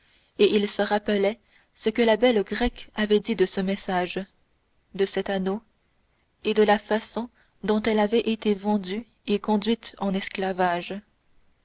et il se rappelait ce que la belle grecque avait dit de ce message de cet anneau et de la façon dont elle avait été vendue et conduite en esclavage